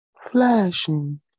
Flashing